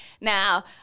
Now